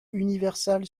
universal